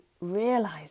realize